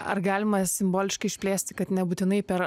ar galima simboliškai išplėsti kad nebūtinai per